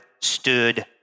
stood